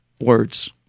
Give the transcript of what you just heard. words